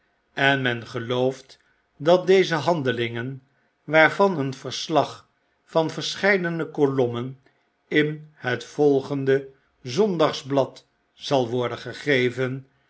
en men gelooft dat deze handelingen waarvan een verslag van verscheidene kolommen in het volgende zondagsblad zal worden gegeven